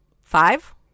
Five